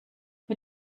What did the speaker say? mit